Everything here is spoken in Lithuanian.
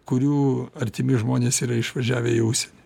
kurių artimi žmonės yra išvažiavę į užsienį